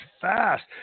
fast